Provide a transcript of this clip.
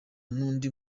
n’undi